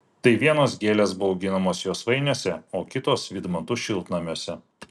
tai vienos gėlės buvo auginamos josvainiuose o kitos vydmantų šiltnamiuose